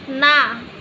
ନା